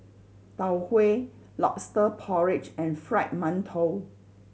Tau Huay Lobster Porridge and Fried Mantou